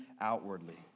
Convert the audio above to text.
outwardly